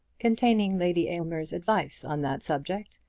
containing lady aylmer's advice on that subject,